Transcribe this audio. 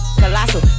colossal